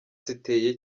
ziteye